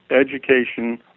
education